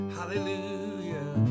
Hallelujah